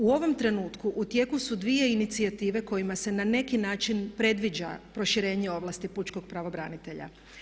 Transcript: U ovom trenutku u tijeku su 2 inicijative kojima se na neki način predviđa proširenje ovlasti pučkog pravobranitelja.